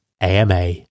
AMA